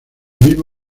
mismo